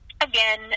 again